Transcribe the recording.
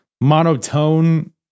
Monotone